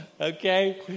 Okay